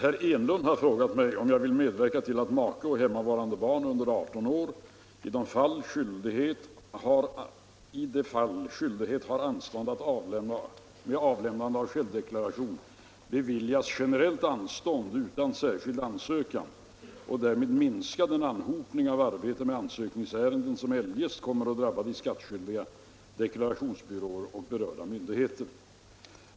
Såväl ekonomiska som pedagogiska och sociala skäl talar för en integration mellan förskola och lågoch mellanstadieskola. En förutsättning härför är dock att en samordning härvidlag kan ske mellan berörda statliga myndigheter. Ett flertal integrationsprojekt har emellertid kullkastats därför att myndigheterna haft skilda lagliga möjligheter att medge statsbidrag.